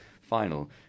final